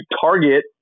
target